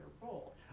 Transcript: role